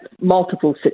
multiple